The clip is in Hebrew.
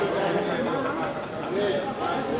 ביטוח בריאות ממלכתי (תיקון מס' 41) (בריאות הנפש),